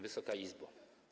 Wysoka Izbo!